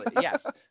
Yes